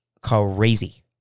crazy